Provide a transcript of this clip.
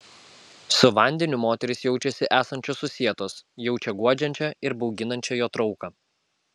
su vandeniu moterys jaučiasi esančios susietos jaučia guodžiančią ir bauginančią jo trauką